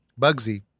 Bugsy